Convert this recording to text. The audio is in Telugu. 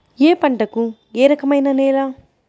ఏ పంటకు ఏ రకమైన నేల?